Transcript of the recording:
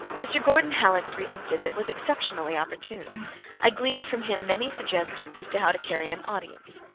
mr. gordon hallock's recent visit was exceptionally opportune i gleaned from him many suggestions as to how to carry an audience.